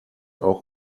auch